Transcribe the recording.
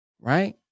Right